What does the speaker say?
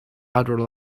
other